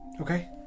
Okay